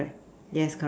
yes correct